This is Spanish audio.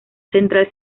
central